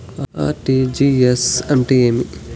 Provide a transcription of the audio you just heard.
RTGS అంటే ఏమి?